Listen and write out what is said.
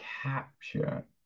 capture